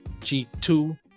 g2